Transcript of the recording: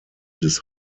des